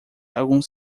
alguns